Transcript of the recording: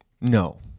No